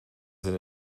sind